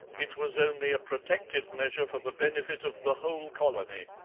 it was only a protective measure for the benefit of the whole colony,